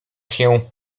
się